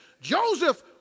Joseph